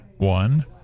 One